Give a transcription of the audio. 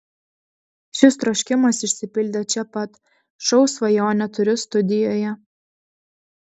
šis troškimas išsipildė čia pat šou svajonę turiu studijoje